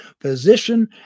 physician